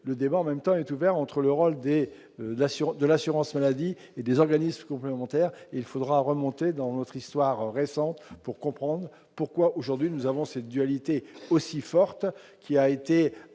le débat en même temps est ouvert entre le rôle des Nations de l'assurance-maladie et des organismes complémentaires, il faudra remonter dans notre histoire récente pour comprendre pourquoi aujourd'hui nous avons cette dualité aussi forte qui a été